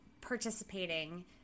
participating